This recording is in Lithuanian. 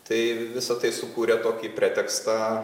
tai visa tai sukūrė tokį pretekstą